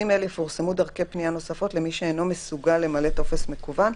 (ג) יפורסמו דרכי פנייה נוספות למי שאינו מסוגל למלא טופס מקוון,